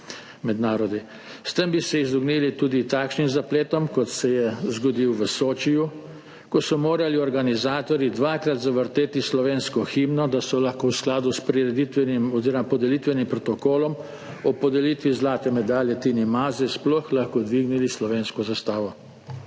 S tem bi se izognili tudi takšnim zapletom, kot se je zgodil v Sočiju, ko so morali organizatorji dvakrat zavrteti slovensko himno, da so lahko v skladu s prireditvenim oziroma podelitvenim protokolom ob podelitvi zlate medalje Tini Maze sploh dvignili slovensko zastavo.